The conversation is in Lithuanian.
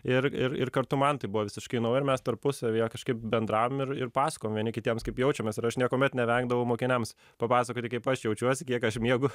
ir ir ir kartu man tai buvo visiškai nauja ir mes tarpusavyje kažkaip bendravom ir ir pasakojom vieni kitiems kaip jaučiamės ir aš niekuomet nevengdavau mokiniams papasakoti kaip aš jaučiuos kiek aš miegu